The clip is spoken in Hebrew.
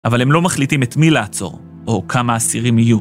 אבל הם לא מחליטים את מי לעצור, או כמה אסירים יהיו.